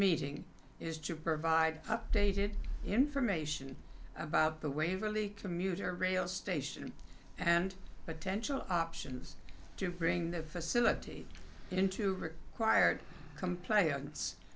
meeting is to provide updated information about the waverley commuter rail station and potential options to bring the facility into quired compl